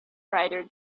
writer